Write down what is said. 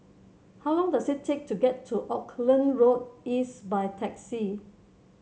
how long does it take to get to Auckland Road East by taxi